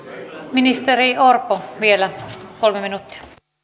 ministeri orpo vielä kolme minuuttia